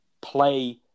play